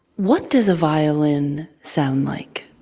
what does a violin sound like?